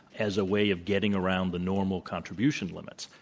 as a way of getting around the normal contribution limits.